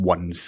One